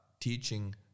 teaching